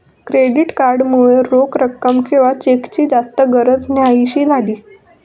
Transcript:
credit card मुळे रोख रक्कम किंवा चेकची जास्त गरज न्हाहीशी झाली